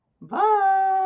bye